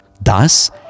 Thus